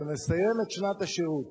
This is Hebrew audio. ומסיים את שנת השירות